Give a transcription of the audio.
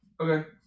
Okay